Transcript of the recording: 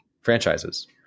franchises